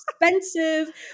expensive